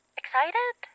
excited